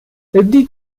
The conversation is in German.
die